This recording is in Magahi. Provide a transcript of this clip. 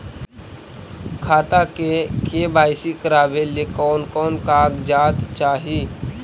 खाता के के.वाई.सी करावेला कौन कौन कागजात चाही?